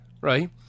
right